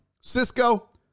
Cisco